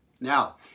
Now